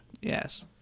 Yes